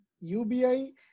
UBI